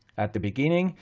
at the beginning,